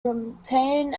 retain